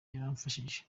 yaramfashije